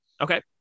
Okay